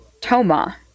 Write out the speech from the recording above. Toma